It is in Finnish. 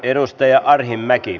arvoisa puhemies